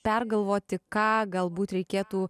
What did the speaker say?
pergalvoti ką galbūt reikėtų